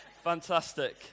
Fantastic